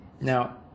Now